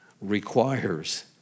requires